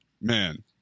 man